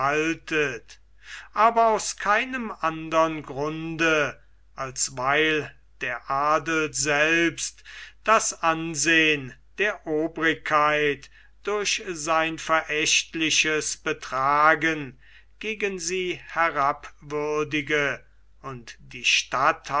aber aus keinem andern grunde als weil der adel selbst das ansehen der obrigkeit durch sein verächtliches betragen gegen sie herabwürdige und die